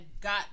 got